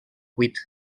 cuit